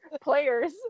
players